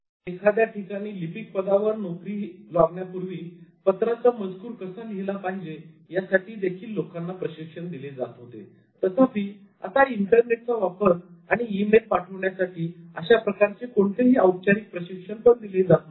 पूर्वी एखाद्या ठिकाणी लिपिक पदावरही नोकरी लागण्यापूर्वी पत्राचा मजकूर कसा लिहिला पाहिजे यासाठी देखील लोकांना प्रशिक्षण दिले जात होते तथापि आता इंटरनेटचा वापर आणि ईमेल पाठवण्यासाठी अशा प्रकारचे कोणतेही औपचारिक प्रशिक्षण पण दिले जात नाही